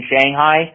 Shanghai